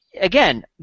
again